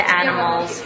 animals